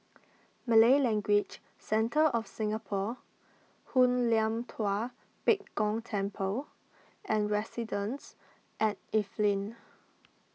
Malay Language Centre of Singapore Hoon Lam Tua Pek Kong Temple and Residences at Evelyn